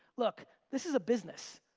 look, this is a business.